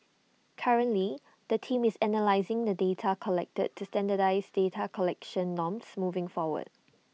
currently the team is analysing the data collected to standardise data collection norms moving forward